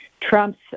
Trump's